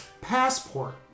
Passport